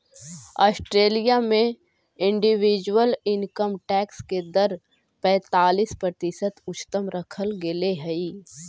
Australia में individual income tax के दर पैंतालीस प्रतिशत उच्चतम रखल गेले हई